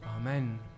Amen